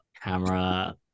camera